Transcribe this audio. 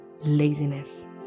laziness